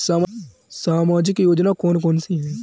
सामाजिक योजना कौन कौन सी हैं?